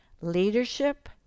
leadership